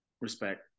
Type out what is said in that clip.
Respect